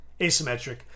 asymmetric